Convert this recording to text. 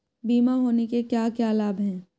बीमा होने के क्या क्या लाभ हैं?